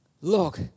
look